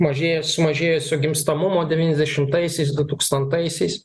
mažėja sumažėjusio gimstamumo devyniasdešimtaisiais dutūkstantaisiais